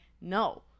no